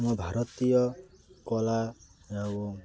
ଆମ ଭାରତୀୟ କଳା ଏବଂ